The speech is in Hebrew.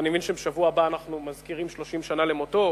ואני מבין שבשבוע הבא אנחנו מזכירים 30 שנה למותו,